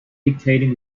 dictating